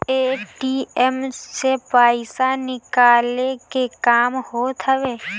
ATM से पईसा निकाले के काम होत हवे